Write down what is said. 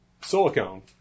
silicone